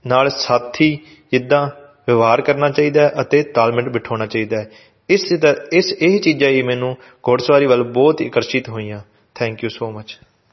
ਨਾਲ ਸਾਥੀ ਜਿੱਦਾਂ ਵਿਵਹਾਰ ਕਰਨਾ ਚਾਹੀਦਾ ਅਤੇ ਤਾਲਮੇਲ ਬਿਠਾਉਣਾ ਚਾਹੀਦਾ ਹੈ ਇਸ ਦਾ ਇਸ ਇਹ ਚੀਜ਼ਾਂ ਹੀ ਮੈਨੂੰ ਘੋੜ ਸਵਾਰੀ ਵੱਲ ਬਹੁਤ ਹੀ ਆਕਰਸ਼ਿਤ ਹੋਈਆਂ ਥੈਂਕ ਯੂ ਸੋ ਮਚ